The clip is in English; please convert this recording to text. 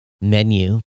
menu